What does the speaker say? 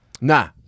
Nah